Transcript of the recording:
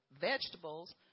vegetables